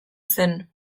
zen